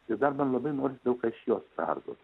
ir dar man labai noris daug ką iš jos perduot